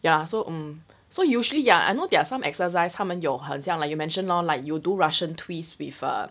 ya so um so usually ya I know there are some exercise 他们有好像 like you mentioned lor like you do russian twist with uh